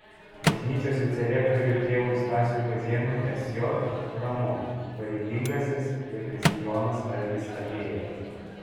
bažnyčios vicerektoriui tėvui stasiui kazėnui sj ramu pareigingasis zakristijonas algis atėjo